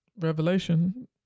revelation